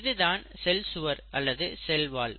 இதுதான் செல் சுவர் அல்லது செல் வால்